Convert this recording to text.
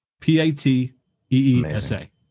P-A-T-E-E-S-A